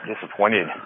disappointed